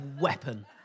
weapon